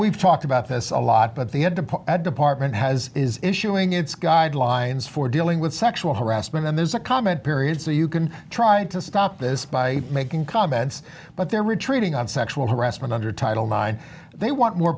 we've talked about this a lot but the end of a department has is issuing its guidelines for dealing with sexual harassment and there's a comment period so you can try to stop this by making comments but they're retreating on sexual harassment under title nine they want more